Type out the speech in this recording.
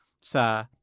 sa